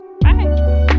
bye